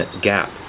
gap